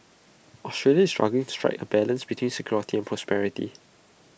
Australia is struggling to strike A balance between security and prosperity